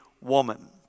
woman